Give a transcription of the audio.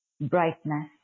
brightness